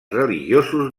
religiosos